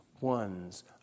one's